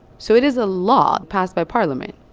so it is a law passed by parliament,